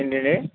ఏంటండి